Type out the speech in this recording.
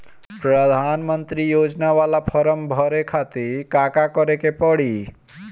प्रधानमंत्री योजना बाला फर्म बड़े खाति का का करे के पड़ी?